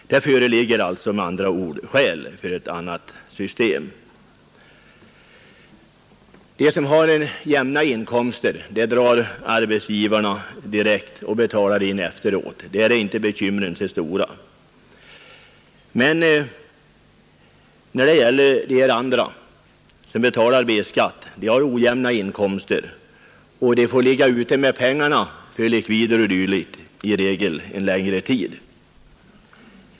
Det föreligger med andra ord skäl för ett ändrat system. För dem som har jämna inkomster drar arbetsgivarna skatten direkt och betalar in efteråt — där är inte bekymren så stora. Men de som betalar B-skatt har ojämna inkomster, och de måste i regel vänta på olika likvider en längre tid.